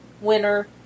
winner